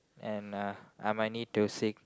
and uh I might need to seek